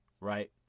right